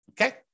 okay